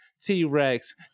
T-Rex